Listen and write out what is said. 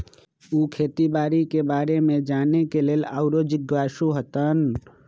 उ खेती बाड़ी के बारे में जाने के लेल आउरो जिज्ञासु हतन